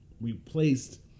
replaced